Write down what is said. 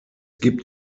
gibt